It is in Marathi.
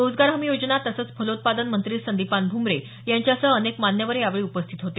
रोजगार हमी योजना तसंच फलोत्पादन मंत्री संदीपान भुमरे यांच्यासह अनेक मान्यवर यावेळी उपस्थित होते